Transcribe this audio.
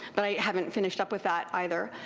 but i havenit finished up with that either.